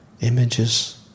Images